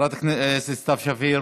חברת הכנסת סתיו שפיר,